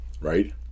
right